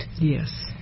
Yes